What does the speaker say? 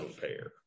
pair